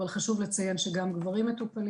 אבל חשוב מאוד לציין שגם גברים מטופלים